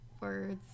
Words